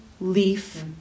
leaf